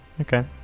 Okay